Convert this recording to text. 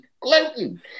Gluten